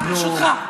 הצעה, ברשותך.